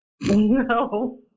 No